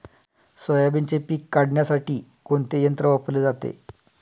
सोयाबीनचे पीक काढण्यासाठी कोणते यंत्र वापरले जाते?